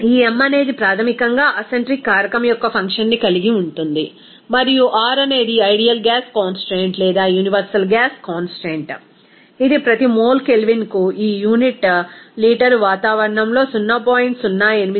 ఈ m అనేది ప్రాథమికంగా అసెంట్రిక్ కారకం యొక్క ఫంక్షన్ ని కలిగి ఉంటుంది మరియు R అనేది ఐడీఎల్ గ్యాస్ కాన్స్టాంట్ లేదా యూనివర్సల్ గ్యాస్ కాన్స్టాంట్ ఇది ప్రతి మోల్ కెల్విన్కు ఈ యూనిట్ లీటరు వాతావరణంలో 0